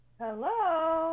Hello